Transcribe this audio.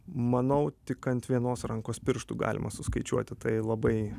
manau tik ant vienos rankos pirštų galima suskaičiuoti tai labai